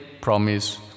promise